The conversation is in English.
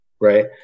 Right